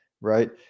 right